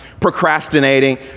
procrastinating